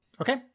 Okay